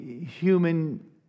human